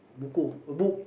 buku eh book